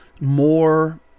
more